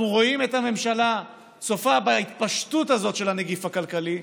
אנחנו רואים את הממשלה צופה בהתפשטות הזאת של הנגיף הכלכלי,